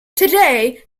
today